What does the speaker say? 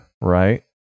right